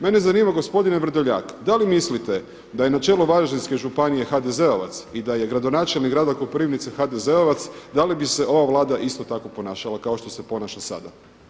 Mene zanima gospodine Vrdoljak, da li mislite da je na čelu Varaždinske županije HDZ-ovac i da je gradonačelnik grada Koprivnice HDZ-ovac da li bi se ova Vlada isto tako ponašala kao što se ponaša sada.